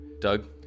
doug